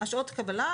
שעות הקבלה,